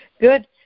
Good